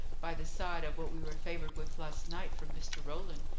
by the side of what we were favoured with last night from mr. roland,